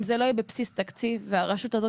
אם זה לא יהיה בבסיס תקציב והרשות הזאת